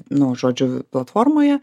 nu žodžiu platformoje